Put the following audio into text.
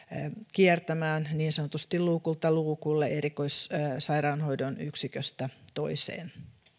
kiertämään niin sanotusti luukulta luukulle erikoissairaanhoidon yksiköstä toiseen